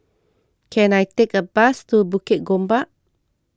can I take a bus to Bukit Gombak